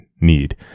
need